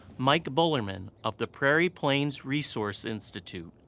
mike bullerman of the prairie plans resource institute,